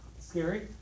Scary